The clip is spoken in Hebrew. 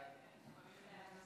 סגן השר, חבריי חברי הכנסת,